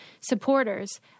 supporters